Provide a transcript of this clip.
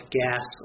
gas